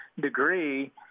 degree